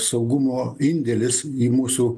saugumo indėlis į mūsų